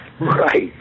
Right